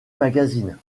magazines